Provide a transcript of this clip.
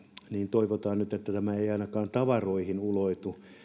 toivotaan nyt että tämä ei ei ainakaan tavaroihin ulotu